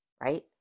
right